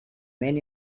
men